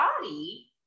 body